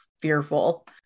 fearful